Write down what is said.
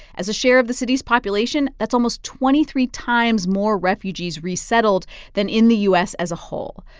as a share of the city's population, that's almost twenty three times more refugees resettled than in the u s. as a whole,